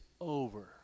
over